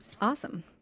Awesome